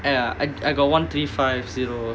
ya I I got one three five zero